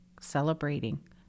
celebrating